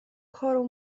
chorą